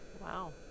Wow